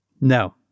No